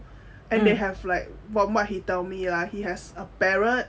and they have like from what he tell me lah he has a parrot